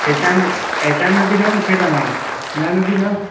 पहचानियो पहचानियो की न मूंखे तव्हां सुञाणो की न